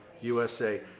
USA